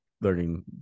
learning